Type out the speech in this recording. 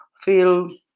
feel